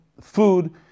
food